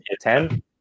Ten